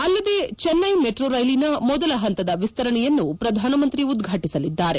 ಅಲ್ಲದೇ ಚೆನ್ನೈ ಮೆಟ್ರೋ ರೈಲಿನ ಮೊದಲ ಹಂತದ ವಿಸ್ತರಣೆಯನ್ನು ಪ್ರಧಾನಮಂತ್ರಿ ಉದ್ಘಾಟಿಸಲಿದ್ದಾರೆ